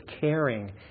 caring